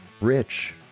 rich